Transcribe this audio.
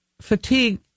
fatigue